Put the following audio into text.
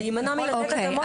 להימנע מלתת התאמות,